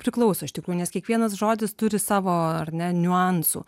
priklauso iš tikrųjų nes kiekvienas žodis turi savo ar ne niuansų